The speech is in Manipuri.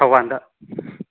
ꯊꯧꯕꯥꯜꯗ